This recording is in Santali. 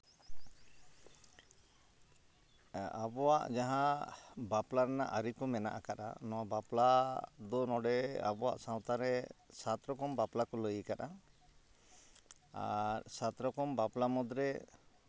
ᱟᱵᱚᱣᱟᱜ ᱡᱟᱦᱟᱸ ᱵᱟᱯᱞᱟ ᱨᱮᱱᱟᱜ ᱟᱹᱨᱤ ᱠᱚ ᱢᱮᱱᱟᱜ ᱟᱠᱟᱫᱼᱟ ᱱᱚᱣᱟ ᱵᱟᱯᱞᱟ ᱫᱚ ᱱᱚᱸᱰᱮ ᱟᱵᱚᱣᱟᱜ ᱥᱟᱶᱛᱟᱨᱮ ᱥᱟᱛ ᱨᱚᱠᱚᱢ ᱵᱟᱯᱞᱟ ᱠᱚ ᱞᱟᱹᱭ ᱟᱠᱟᱫᱟ ᱟᱨ ᱥᱟᱛ ᱨᱚᱠᱚᱢ ᱵᱟᱯᱞᱟ ᱢᱩᱫᱽᱨᱮ